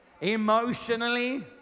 emotionally